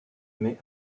jamais